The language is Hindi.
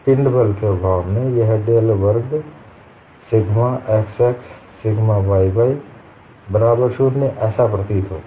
पिंड बल के अभाव में यह डेल वर्ग सससग्मा xx धन सिग्मा yy बराबर 0 ऐसा प्रतीत होता है